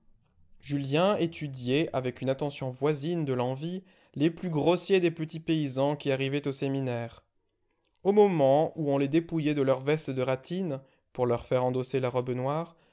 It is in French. julien étudiait avec une attention voisine de l'envie les plus grossiers des petits paysans qui arrivaient au séminaire au moment où on les dépouillait de leur veste de ratine pour leur faire endosser la robe noire